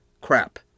Crap